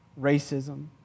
racism